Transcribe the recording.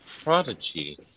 Prodigy